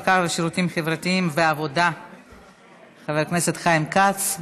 הרווחה והשירותים החברתיים חבר הכנסת חיים כץ.